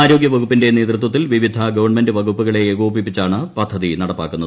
ആരോഗൃവകുപ്പിന്റെ നേതൃത്വത്തിൽ വിവിധ ഗവൺമെന്റ് വകുപ്പുകളെ ഏകോപിപ്പിച്ചാണ് പദ്ധതി നടപ്പാക്കുന്നത്